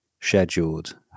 scheduled